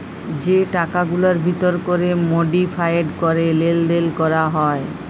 যে টাকাগুলার ভিতর ক্যরে মডিফায়েড ক্যরে লেলদেল ক্যরা হ্যয়